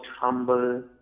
humble